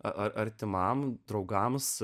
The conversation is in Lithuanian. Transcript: ar artimam draugams